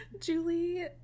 Julie